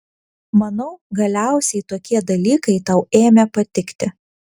manau galiausiai tokie dalykai tau ėmė patikti